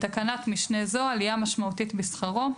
בתקנת משנה זו, "עלייה משמעותית בשכרו"